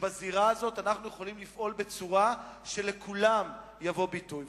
שבזירה הזאת אנחנו נוכל לפעול בצורה שכולם יבואו לידי ביטוי.